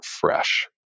fresh